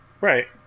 Right